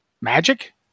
Magic